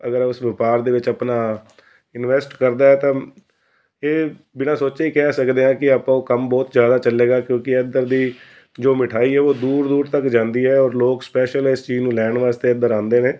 ਅਗਰ ਉਸ ਵਪਾਰ ਦੇ ਵਿੱਚ ਆਪਣਾ ਇਨਵੈਸਟ ਕਰਦਾ ਤਾਂ ਇਹ ਬਿਨਾਂ ਸੋਚੇ ਕਹਿ ਸਕਦੇ ਹਾਂ ਕਿ ਆਪਾਂ ਉਹ ਕੰਮ ਬਹੁਤ ਜ਼ਿਆਦਾ ਚੱਲੇਗਾ ਕਿਉਂਕਿ ਇੱਧਰ ਦੀ ਜੋ ਮਿਠਾਈ ਹੈ ਉਹ ਦੂਰ ਦੂਰ ਤੱਕ ਜਾਂਦੀ ਹੈ ਔਰ ਲੋਕ ਸਪੈਸ਼ਲ ਇਸ ਚੀਜ਼ ਨੂੰ ਲੈਣ ਵਾਸਤੇ ਇੱਧਰ ਆਉਂਦੇ ਨੇ